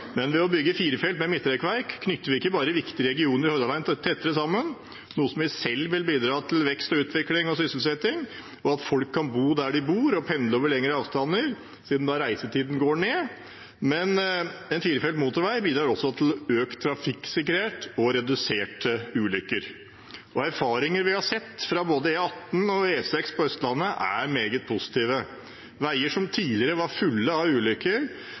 men jeg håper selvfølgelig at det blir 110 km/t. Det er viktig å knytte Sotra og Bergen og Fjell tettere sammen. Dagens rv. 555 er en typisk tofelts vei, dvs. at den har sterkt varierende standard. Ved å bygge firefelts vei med midtrekkverk ikke bare knytter vi viktige regioner i Hordaland tettere sammen – noe som i seg selv vil bidra til vekst og utvikling og sysselsetting og til at folk kan bo der de bor og pendle over lengre avstander, siden reisetiden går ned – en firefelts motorvei bidrar også til økt